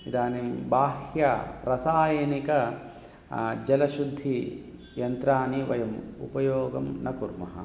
इदानीं बाह्य रासायनिक जलशुद्धियन्त्राणि वयम् उपयोगं न कुर्मः